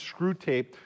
Screwtape